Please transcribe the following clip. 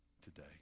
today